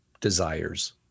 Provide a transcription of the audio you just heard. desires